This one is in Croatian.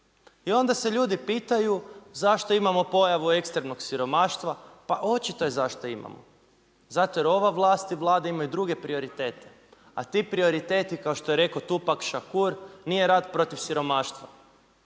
I onda se ljudi pitanju zašto imamo pojavu ekstremnog siromaštva? Pa očito je zašto imamo. Zato jer ova vlast i Vlada imaju druge prioritete, a ti prioriteti kao što je rekao Tupac Shakur, nije rat protiv siromaštva.